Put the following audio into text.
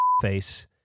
face